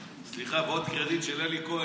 סליחה, ועוד קרדיט של אלי כהן,